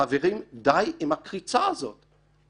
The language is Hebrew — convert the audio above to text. חברים, די עם הקריצה הזאת.